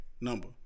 number